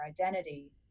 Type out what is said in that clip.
identity